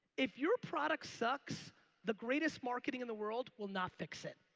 if your product sucks the greatest marketing in the world will not fix it.